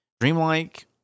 Dreamlike